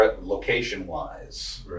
location-wise